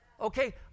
okay